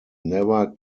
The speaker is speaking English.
never